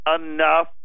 enough